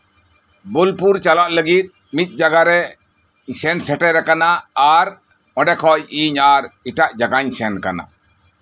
ᱵᱳᱞᱯᱩᱨ ᱪᱟᱞᱟᱜ ᱞᱟᱹᱜᱤᱫ ᱢᱤᱫ ᱡᱟᱜᱟᱨᱮ ᱥᱮᱱ ᱥᱮᱴᱮᱨ ᱟᱠᱟᱱᱟ ᱟᱨ ᱚᱸᱰᱮ ᱠᱷᱚᱱ ᱤᱧ ᱟᱨ ᱮᱴᱟᱜ ᱡᱟᱜᱟᱧ ᱥᱮᱱ ᱠᱟᱱᱟ